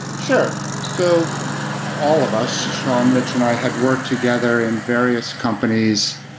sure. so all of us, shawn, mitch and i, had worked together in various companies,